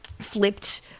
flipped